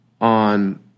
on